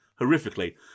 Horrifically